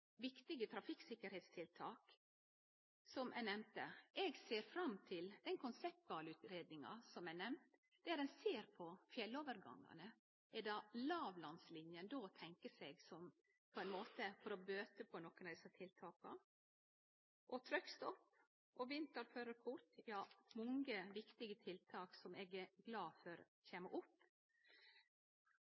viktige trafikksikkerheitstiltak, som eg nemnde. Eg ser fram til den konseptvalutgreiinga som er nemnd, der ein ser på fjellovergangane – er det låglandslinje ein då tenker seg, for på ein måte å bøte på nokre av desse tiltaka – og truckstopp og vinterførarkort, ja, mange viktige tiltak som eg er glad for kjem opp.